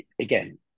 Again